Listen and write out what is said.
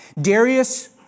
Darius